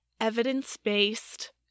evidence-based